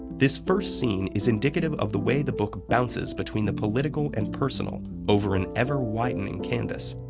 this first scene is indicative of the way the book bounces between the political and personal over an ever-widening canvas.